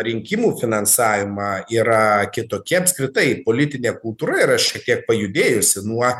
rinkimų finansavimą yra kitokie apskritai politinė kultūra yra šiek tiek pajudėjusi nuo